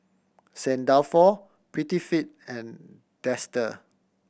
Saint Dalfour Prettyfit and Dester